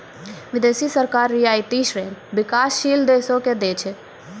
बिदेसी सरकार रियायती ऋण बिकासशील देसो के दै छै